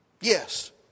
Yes